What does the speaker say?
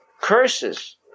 curses